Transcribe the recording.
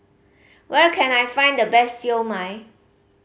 where can I find the best Siew Mai